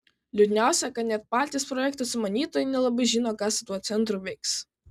liūdniausia kad net patys projekto sumanytojai nelabai žino ką su tuo centru veiks